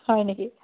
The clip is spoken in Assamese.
হয় নেকি